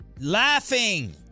laughing